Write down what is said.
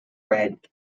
red